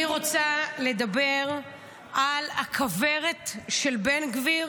אני רוצה לדבר על הכוורת של בן גביר,